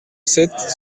sept